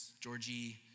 Georgie